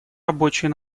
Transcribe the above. рабочей